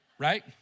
Right